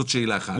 זאת שאלה אחת.